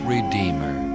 Redeemer